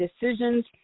decisions